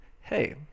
hey